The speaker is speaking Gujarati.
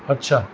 અચ્છા